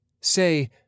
Say